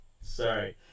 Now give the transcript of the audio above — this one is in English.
sorry